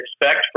expect